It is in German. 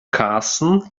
karsten